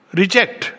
reject